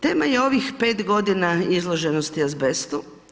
Tema je ovih 5 godina izloženosti azbestu.